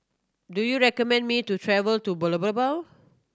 do you recommend me to travel to